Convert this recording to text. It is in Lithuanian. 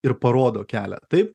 ir parodo kelią taip